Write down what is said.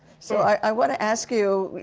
so i want to ask you,